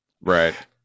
Right